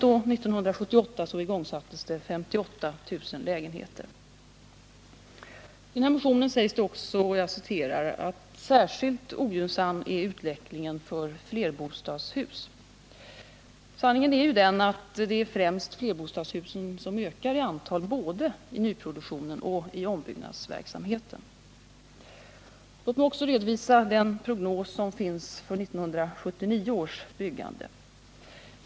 1978 igångsattes 58000 lägenheter. I den socialdemokratiska motionen sägs också:” Särskilt ogynnsam är utvecklingen för flerbostadshus.” Sanningen är att främst ferbostadshusen ökar i antal både i ny produktion och i ombyggnadsverksamhet. Låt mig också redovisa den prognos som finns för 1979 års byggande.